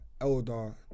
elder